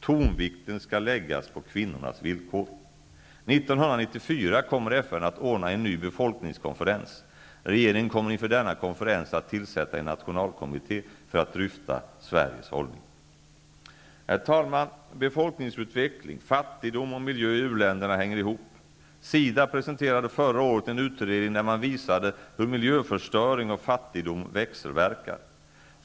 Tonvikten skall läggas på kvinnornas villkor. 1994 kommer FN att ordna en ny befolkningskonferens. Regeringen kommer inför denna konferens att tillsätta en nationalkommitté för att dryfta Sveriges hållning. Herr talman! Befolkningsutveckling, fattigdom och miljö i u-länderna hänger ihop. SIDA presenterade förra året en utredning där man visade hur miljöförstöring och fattigdom växelverkar.